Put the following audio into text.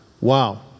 Wow